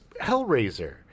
Hellraiser